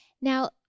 Now